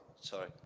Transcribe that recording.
Sorry